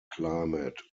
climate